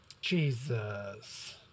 Jesus